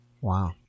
Wow